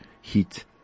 heat